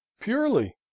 Purely